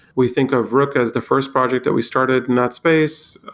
we think of rook as the first project that we started in that space.